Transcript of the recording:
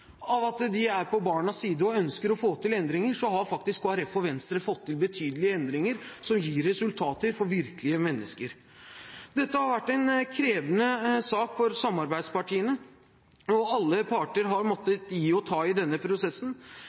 at de er på barnas side og ønsker å få til endringer, har faktisk Kristelig Folkeparti og Venstre fått til betydelige endringer som gir resultater for virkelige mennesker. Dette har vært en krevende sak for samarbeidspartiene. Alle parter har måttet gi og ta i denne prosessen.